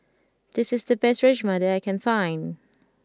this is the best Rajma that I can find